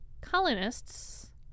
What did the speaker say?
colonists